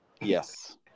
Yes